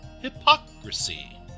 Hypocrisy